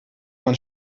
man